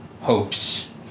hopes